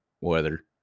weather